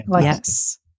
Yes